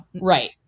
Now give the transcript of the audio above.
right